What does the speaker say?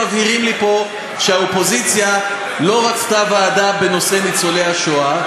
מבהירים לי פה שהאופוזיציה לא רצתה ועדה בנושא ניצולי השואה.